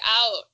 out